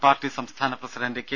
party സംസ്ഥാന president K